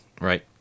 right